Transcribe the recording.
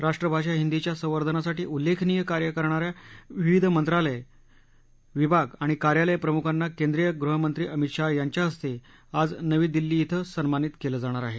राष्ट्र भाषा हिंदीच्या संवर्धनासाठी उल्लेखनीय कार्य करणाऱ्या विविध मंत्रालय विभाग आणि कार्यालय प्रमुखांना केंद्रीय गृहमंत्री अमीत शाह यांच्या हस्ते आज नवी दिल्ली श्वे सन्मानित केलं जाणार आहे